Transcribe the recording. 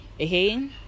okay